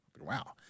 Wow